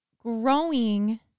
growing